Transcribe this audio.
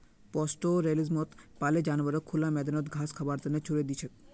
पास्टोरैलिज्मत पाले जानवरक खुला मैदानत घास खबार त न छोरे दी छेक